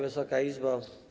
Wysoka Izbo!